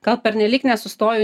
gal pernelyg nesustoju